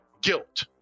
Guilt